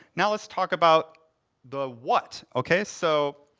now let's talk about the what. okay, so,